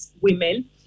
women